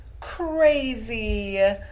crazy